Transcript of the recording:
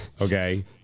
okay